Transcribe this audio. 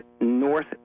north